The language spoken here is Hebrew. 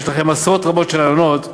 יש לכם עשרות רבות של רעיונות,